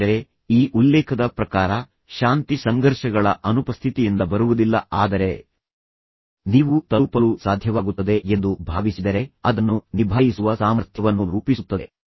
ಆದರೆ ಈ ಉಲ್ಲೇಖದ ಪ್ರಕಾರ ಶಾಂತಿ ಸಂಘರ್ಷಗಳ ಅನುಪಸ್ಥಿತಿಯಿಂದ ಬರುವುದಿಲ್ಲ ಆದರೆ ನೀವು ತಲುಪಲು ಸಾಧ್ಯವಾಗುತ್ತದೆ ಎಂದು ನೀವು ಭಾವಿಸಿದರೆ ಅದನ್ನು ನಿಭಾಯಿಸುವ ಸಾಮರ್ಥ್ಯವನ್ನು ರೂಪಿಸುತ್ತದೆ